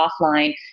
offline